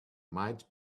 might